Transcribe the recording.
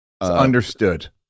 understood